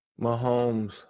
Mahomes